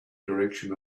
direction